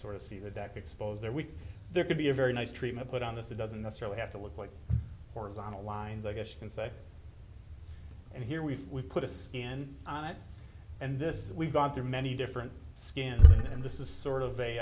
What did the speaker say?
sort of see the deck expose their week there could be a very nice treatment put on this it doesn't necessarily have to look like horizontal lines i guess you can say and here we put a skin on it and this is we've gone through many different skin and this is sort of a